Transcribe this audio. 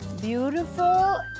beautiful